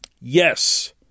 yes